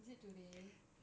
is it today